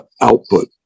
output